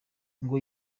ngo